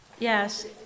Yes